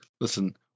Listen